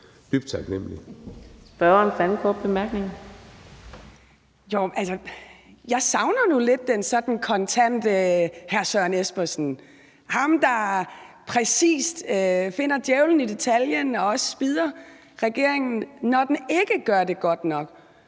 Jeg savner nu lidt den sådan kontante hr. Søren Espersen, ham, der præcist finder djævlen i detaljen, og som også spidder regeringen, når den ikke gør det godt nok,